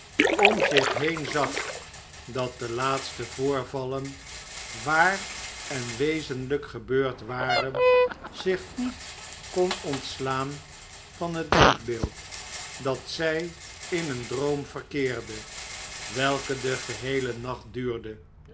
orr zich heen zag dat de laatste voorvallen waar en wezenlijk gebeurd waren zich niet kon ontslaan van het denkbeeld dat zij in een droom verkeerde welke den geheelen nacht duurde